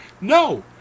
No